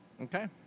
Okay